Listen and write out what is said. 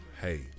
Hey